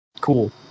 cool